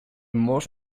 most